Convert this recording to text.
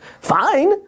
fine